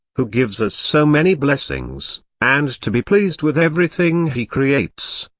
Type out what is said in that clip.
who gives us so many blessings, and to be pleased with everything he creates.